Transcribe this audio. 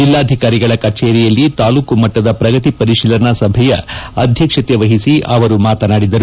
ಜಿಲ್ಲಾಧಿಕಾರಿಗಳ ಕಚೇರಿಯಲ್ಲಿ ತಾಲೂಕು ಮಟ್ಟದ ಪ್ರಗತಿ ಪರಿಶೀಲನಾ ಸಭೆಯ ಅಧ್ಯಕ್ಷತೆ ವಹಿಸಿ ಅವರು ಮಾತನಾಡಿದರು